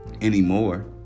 anymore